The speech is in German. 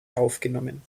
aufgenommen